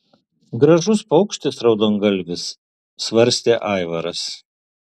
gražus paukštis raudongalvis svarstė aivaras